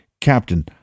Captain